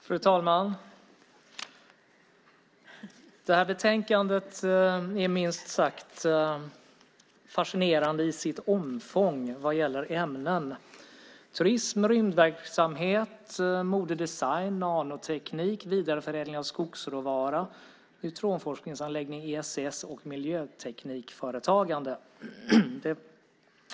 Fru talman! Betänkandet är minst sagt fascinerande i sitt omfång vad gäller ämnen. Det är turism, rymdverksamhet, mode och design, nanoteknik, vidareförädling av skogsråvara, neutronforskningsanläggningen ESS och miljöteknikföretagande.